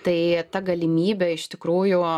tai ta galimybė iš tikrųjų